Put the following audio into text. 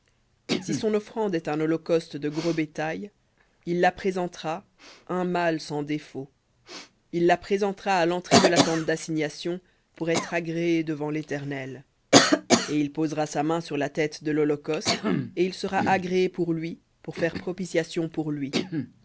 si son offrande est un holocauste de gros bétail il la présentera un mâle sans défaut il la présentera à l'entrée de la tente d'assignation pour être agréé devant léternel et il posera sa main sur la tête de l'holocauste et il sera agréé pour lui pour faire propitiation pour lui